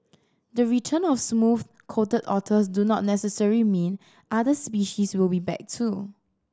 the return of smooth coated otters do not necessary mean other species will be back too